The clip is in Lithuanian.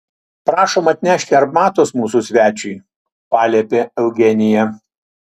prašom atnešti arbatos mūsų svečiui paliepė eugenija